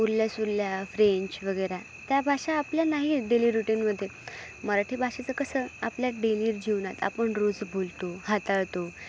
उरल्या सुरल्या फ्रेंच वगैरे त्या भाषा आपल्या नाही आहेत डेली रूटीनमध्ये मराठी भाषेचं कसं आपल्या डेली जीवनात आपण रोज बोलतो हाताळतो